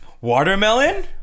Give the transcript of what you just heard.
Watermelon